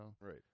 right